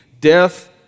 death